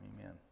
Amen